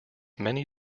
many